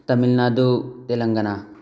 Tamil Nadu Telangana